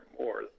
more